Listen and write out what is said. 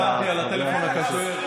הבנתי על הטלפון הכשר.